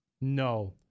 No